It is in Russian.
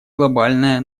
глобальная